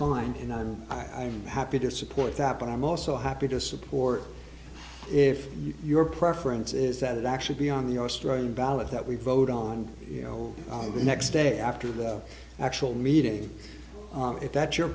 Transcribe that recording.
fine and i'm happy to support that but i'm also happy to support if your preference is that it actually be on the australian ballot that we vote on you know on the next day after the actual meeting if that your